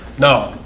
no,